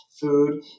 food